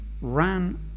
ran